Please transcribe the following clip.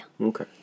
Okay